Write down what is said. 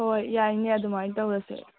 ꯍꯣꯏ ꯌꯥꯏꯅꯦ ꯑꯗꯨꯃꯥꯏꯅ ꯇꯧꯔꯁꯦ